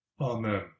Amen